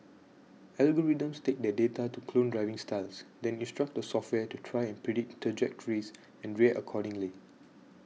algorithms take that data to clone driving styles then instruct the software to try and predict trajectories and react accordingly